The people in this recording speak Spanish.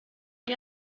que